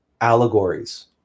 allegories